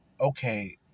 okay